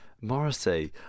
Morrissey